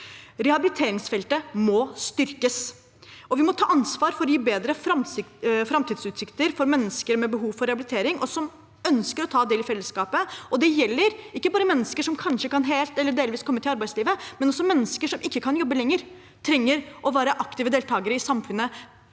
Rehabiliteringsfeltet må styrkes, og vi må ta ansvar for å gi bedre framtidsutsikter for mennesker som har behov for rehabilitering, og som ønsker å ta del i fellesskapet. Det gjelder ikke bare mennesker som kanskje kan komme helt eller delvis ut i arbeidslivet, også mennesker som ikke kan jobbe lenger, trenger å være aktive deltakere i samfunnet